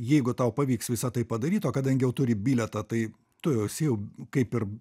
jeigu tau pavyks visa tai padaryt o kadangi jau turi bilietą tai tu jau esi jau kaip ir